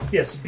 Yes